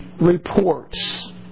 reports